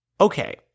Okay